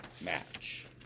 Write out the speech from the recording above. match